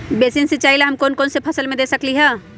Basin सिंचाई हम कौन कौन फसल में दे सकली हां?